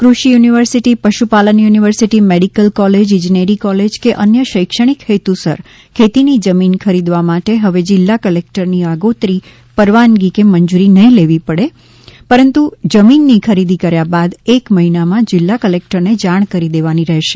કૃષિ યુનિવર્સિટી પશુપાલન university medical college ઇજનેરી કોલેજ કે અન્ય શૈક્ષણિક હેતુસર ખેતીની જમીન ખરીદવા માટે હવે જિલ્લા કલેકટરની આગોતરી પરવાનગી કે મંજૂરી નહિ લેવી પડે પરંતુ જમીનની ખરીદી કર્યા બાદ એક મહિનામાં જિલ્લા કલેકટરને જાણ કરી દેવાની રહેશે